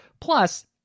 Plus